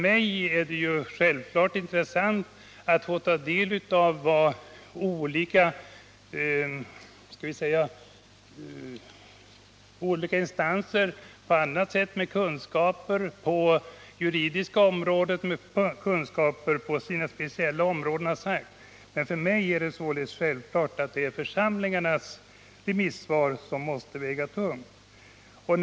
Det är naturligtvis intressant att ta del av vad olika instanser eller människor med kunskaper på det juridiska området eller på specialområden framfört, men för mig är det ändå självklart att församlingarnas 77 remissvar måste väga tyngst.